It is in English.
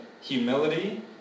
humility